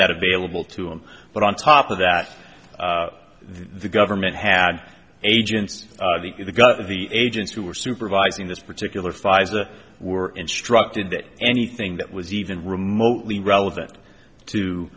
that available to him but on top of that the government had agents in the gut of the agents who were supervising this particular pfizer were instructed that anything that was even remotely relevant to